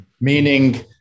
meaning